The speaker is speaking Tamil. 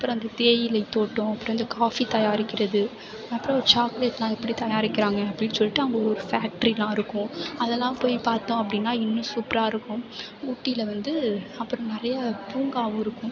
அப்புறம் அந்த தேயிலை தோட்டம் அப்புறம் அந்த காஃபி தயாரிக்கிறது அப்புறம் சாக்லெட்லாம் எப்படி தயாரிக்கிறாங்க அப்படின்னு சொல்லிட்டு அங்கே ஒரு பேக்ட்ரியெலாம் இருக்கும் அதெலாம் போய் பார்த்தோம் அப்படினா இன்னும் சூப்பராக இருக்கும் ஊட்டியில் வந்து அப்புறம் நிறையா பூங்காவும் இருக்கும்